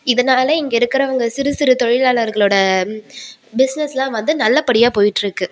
இதனால இங்கே இருக்கிறவங்க சிறுசிறு தொழிலாளர்களோடய பிஸ்னஸ்லாம் வந்து நல்லபடியாக போயிட்டுருக்கு